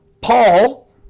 Paul